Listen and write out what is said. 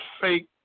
fake